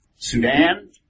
Sudan